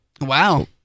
Wow